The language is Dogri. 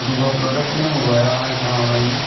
दूआ प्रोडक्ट में मंगाया हा ऑनलाइन